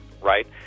right